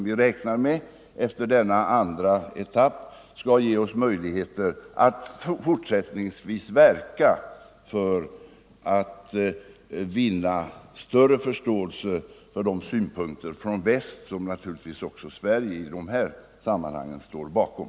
Vi räknar med att det efter denna andra etapp skall finnas möjligheter att fortsättningsvis verka för att vinna större förståelse för de synpunkter från väst som Sverige naturligtvis i de här sammanhangen också står bakom.